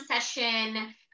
session